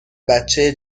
بچه